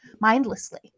mindlessly